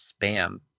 spam